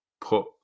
put